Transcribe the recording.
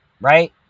Right